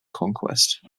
conquest